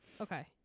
Okay